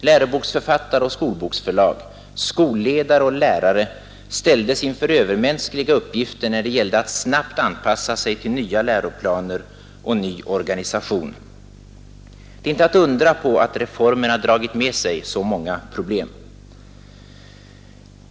Läroboksförfattare och skolboksförlag, skolledare och lärare ställdes inför övermänskliga uppgifter när det gällde att snabbt anpassa sig till nya läroplaner och ny organisation. Det är inte att undra på att reformerna dragit med sig så många problem.